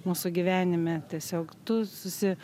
mūsų gyvenime tiesiog tu susi